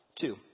Two